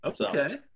Okay